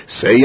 Say